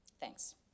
Thanks